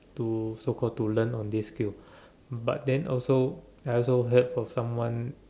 to so call to learn on this field but then also I also heard from someone